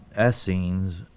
Essenes